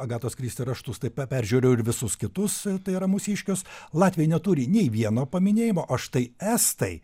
agatos kristi raštus taip pe peržiūrėjau ir visus kitus tai yra mūsiškius latviai neturi nei vieno paminėjimo o štai estai